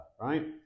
right